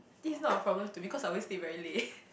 this is not a problem to me cause I always sleep very late